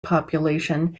population